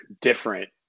different